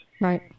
Right